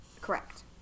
correct